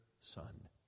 Son